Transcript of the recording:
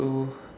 so